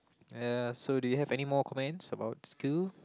ya so do you have anymore comments about school